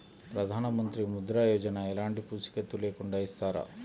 ప్రధానమంత్రి ముద్ర యోజన ఎలాంటి పూసికత్తు లేకుండా ఇస్తారా?